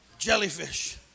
jellyfish